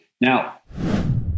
Now